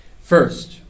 First